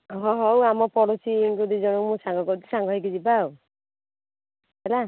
ହଁ ହଉ ଆମ ପଡ଼ୋଶୀରୁ ଦୁଇ ଜଣ ମୋ ସାଙ୍ଗ କରିଛି ସାଙ୍ଗ ହୋଇକି ଯିବା ଆଉ ହେଲା